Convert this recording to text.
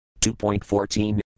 2.14